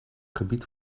gebied